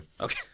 Okay